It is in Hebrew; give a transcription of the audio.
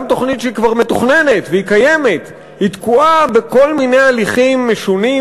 גם תוכנית שכבר מתוכננת וקיימת תקועה בכל מיני הליכים משונים,